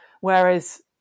Whereas